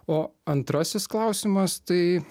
o antrasis klausimas tai